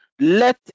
Let